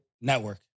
network